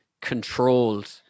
controlled